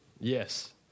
Yes